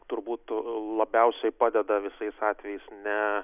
turbūt labiausiai padeda visais atvejais ne